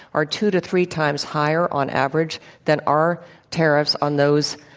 are two to three times higher on average than our tariffs on those